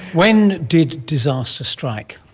when did disaster strike?